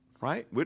Right